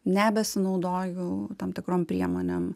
nebesinaudoju tam tikrom priemonėm